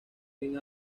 fin